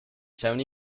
seventy